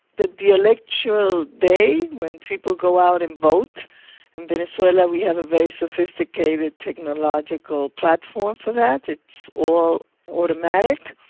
the the electoral day when people go out and vote in venezuela we have a very sophisticated, technological platform for that. it's all automatic,